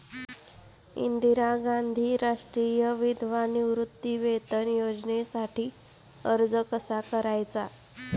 इंदिरा गांधी राष्ट्रीय विधवा निवृत्तीवेतन योजनेसाठी अर्ज कसा करायचा?